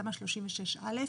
תמ"א 36 א,